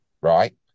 right